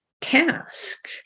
task